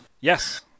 Yes